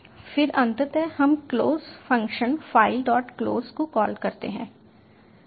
फिर अंततः हम क्लोज फंक्शन fileclose को कॉल करते हैं